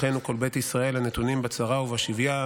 אחינו כל בית ישראל הנתונים בצרה ובשביה,